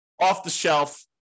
off-the-shelf